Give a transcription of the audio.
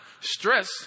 Stress